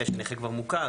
אחרי שהנכה כבר מוכר,